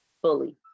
fully